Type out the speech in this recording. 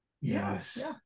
Yes